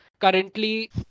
currently